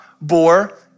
bore